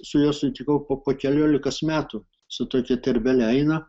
su juo sutikau po keliolikos metų su tokia terbele eina